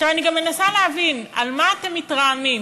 אני גם מנסה להבין, על מה אתם מתרעמים?